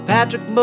Patrick